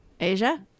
Asia